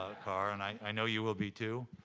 ah carr, and i know you will be, too.